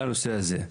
על הנושא הזה.